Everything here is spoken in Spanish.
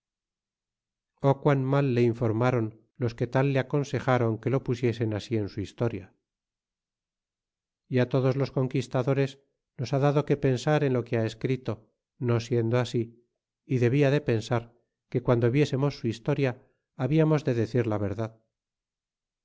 o quán mal le informaron los que tal le aconsejaron que lo pusiesen así en su historia y a todos los conquistadores nos ha dado que pensar en lo que ha escrito no siendo así y debia de pensar que guando viésemos su historia habiamos de decir la verdad